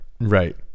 right